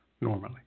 Normally